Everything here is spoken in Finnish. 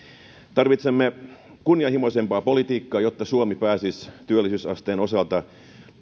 tarvitsemme kunnianhimoisempaa politiikkaa jotta suomi pääsisi työllisyysasteen osalta